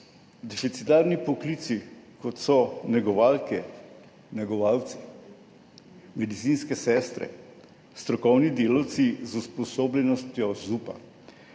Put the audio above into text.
Deficitarni poklici, kot so negovalke, negovalci, medicinske sestre, strokovni delavci z usposobljenostjo ZUP,